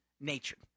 nature